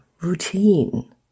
routine